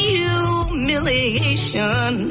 humiliation